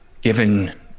given